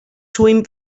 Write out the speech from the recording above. twin